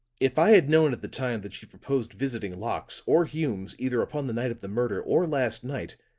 if i had known at the time that she proposed visiting locke's, or hume's, either upon the night of the murder, or last night,